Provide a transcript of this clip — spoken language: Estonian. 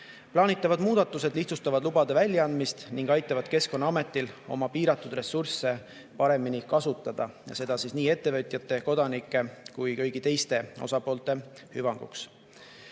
Plaanitavad muudatused lihtsustavad lubade väljaandmist ning aitavad Keskkonnaametil oma piiratud ressursse paremini kasutada, ja seda nii ettevõtjate, kodanike kui ka kõigi teiste osapoolte hüvanguks.